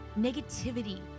Negativity